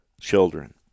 children